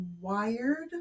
wired